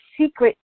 secret